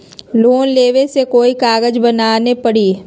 Loan लेबे ले कोई कागज बनाने परी?